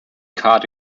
card